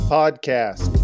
podcast